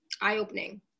Eye-opening